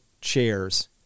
chairs